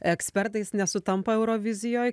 ekspertais nesutampa eurovizijoj